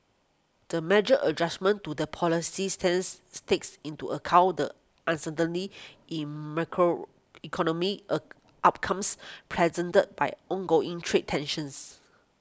the measured adjustment to the policy systems takes into account the uncertainty in macroeconomic outcomes presented by ongoing trade tensions